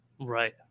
Right